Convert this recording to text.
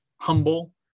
humble